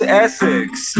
ethics